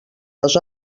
les